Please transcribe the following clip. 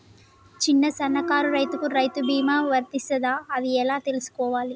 చిన్న సన్నకారు రైతులకు రైతు బీమా వర్తిస్తదా అది ఎలా తెలుసుకోవాలి?